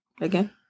Again